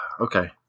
Okay